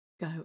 go